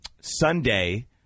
Sunday